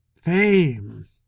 fame